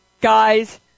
guys